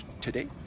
today